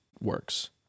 works